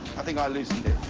i think i loosened it.